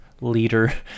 leader